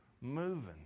moving